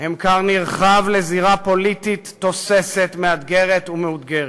הם כר נרחב לזירה פוליטית תוססת, מאתגרת ומאותגרת.